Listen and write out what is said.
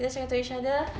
kita cakap to each other